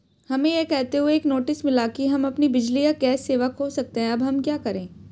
हमें यह कहते हुए एक नोटिस मिला कि हम अपनी बिजली या गैस सेवा खो सकते हैं अब हम क्या करें?